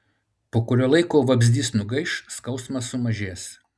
po kurio laiko vabzdys nugaiš skausmas sumažės